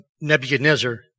Nebuchadnezzar